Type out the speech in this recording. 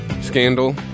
scandal